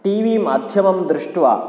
T V माध्यमं दृष्ट्वा